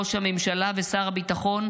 נותרו ראש הממשלה והשר גלנט,